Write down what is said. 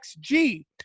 XG